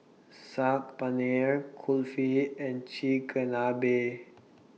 Saag Paneer Kulfi and Chigenabe